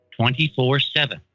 24-7